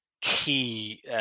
key